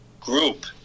group